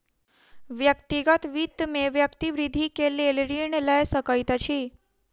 व्यक्तिगत वित्त में व्यक्ति वृद्धि के लेल ऋण लय सकैत अछि